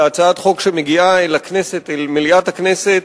להצעת חוק שמגיעה אל מליאת הכנסת